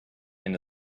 into